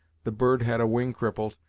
the bird had a wing crippled,